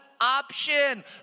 option